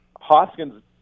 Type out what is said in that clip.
Hoskins